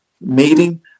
meeting